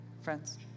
friends